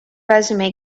resume